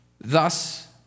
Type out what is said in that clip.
Thus